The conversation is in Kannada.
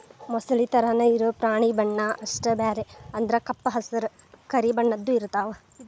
ಮೊಸಳಿ ತರಾನ ಇರು ಪ್ರಾಣಿ ಬಣ್ಣಾ ಅಷ್ಟ ಬ್ಯಾರೆ ಅಂದ್ರ ಕಪ್ಪ ಹಸರ, ಕರಿ ಬಣ್ಣದ್ದು ಇರತಾವ